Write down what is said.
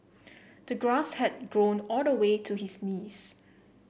the grass had grown all the way to his knees